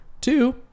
Two